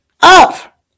up